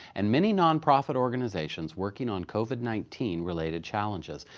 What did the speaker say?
and many nonprofit organizations working on covid nineteen related challenges.